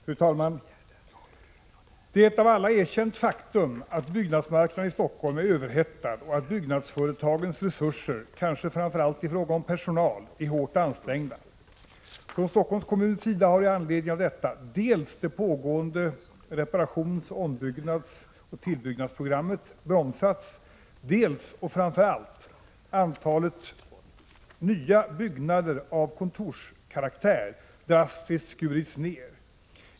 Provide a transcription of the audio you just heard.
Fru talman! Det är ett av alla erkänt faktum att byggnadsmarknaden i Stockholm är överhettad och att byggnadsföretagens resurser, kanske framför allt i fråga om personal, är hårt ansträngda. Från Stockholms kommuns sida har i anledning av detta dels det pågående reparations-, ombyggnadsoch tillbyggnadsprogrammet bromsats, dels och framför allt antalet nya byggnader av kontorskaraktär drastiskt skurits ned.